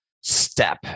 step